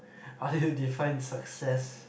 how do you define success